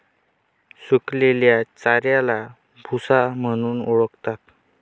सुकलेल्या चाऱ्याला भुसा म्हणून ओळखतात